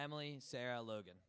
emily sara logan